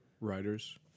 writers